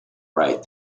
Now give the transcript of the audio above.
right